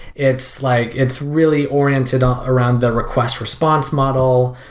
it's like it's really oriented ah around the request-response model.